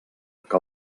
que